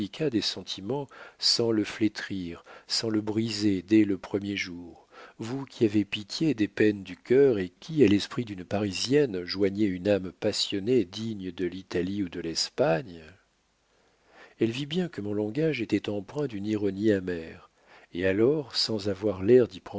des sentiments sans le flétrir sans le briser dès le premier jour vous qui avez pitié des peines du cœur et qui à l'esprit d'une parisienne joignez une âme passionnée digne de l'italie ou de l'espagne elle vit bien que mon langage était empreint d'une ironie amère et alors sans avoir l'air